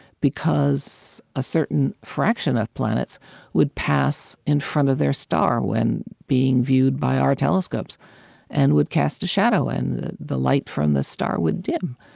because a certain fraction of planets would pass in front of their star when being viewed by our telescopes and would cast a shadow, and the the light from the star would dim.